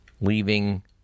leaving